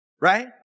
right